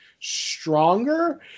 stronger